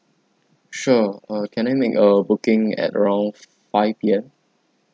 sure uh can I make a booking at around five P_M